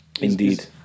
Indeed